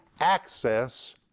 access